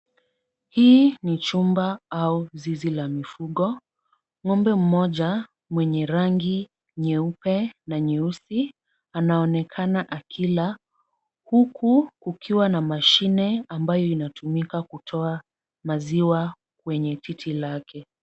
Hii ni chumba au zizi la mifugo. Ng'ombe mmoja mwenye rangi nyeupe na nyeusi anaonekana akila huku kukiwa na mashine ambayo inatumika kutoa maziwa kwenye titi lake.